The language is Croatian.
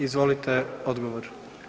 Izvolite odgovor.